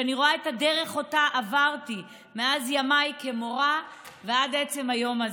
כשאני רואה את הדרך שעברתי מאז ימיי כמורה ועד עצם היום הזה,